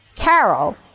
Carol